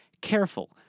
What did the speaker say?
careful